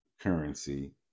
currency